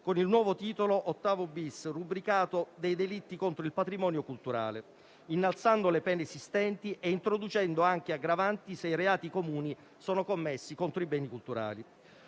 con il nuovo titolo VIII-*bis* rubricato «Dei delitti contro il patrimonio culturale», innalzando le pene esistenti e introducendo anche aggravanti se i reati comuni sono commessi contro i beni culturali.